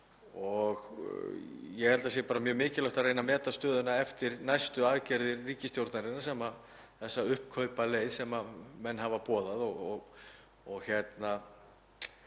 og ég held að það sé bara mjög mikilvægt að reyna að meta stöðuna eftir næstu aðgerðir ríkisstjórnarinnar, þessa uppkaupaleið sem menn hafa boðað. En